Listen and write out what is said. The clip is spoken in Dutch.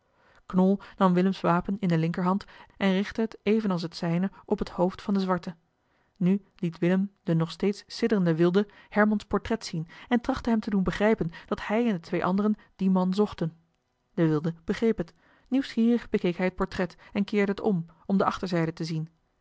knol nam willems wapen in de linkerhand en richtte het evenals het zijne op het hoofd van den zwarte nu liet willem den nog steeds sidderenden wilde hermans portret zien en trachtte hem te doen begrijpen dat hij en de twee anderen dien man zochten de wilde begreep het nieuwsgierig bekeek hij het portret en keerde het om om de achterzijde te zien